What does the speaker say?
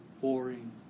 boring